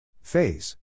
Phase